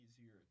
easier